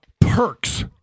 perks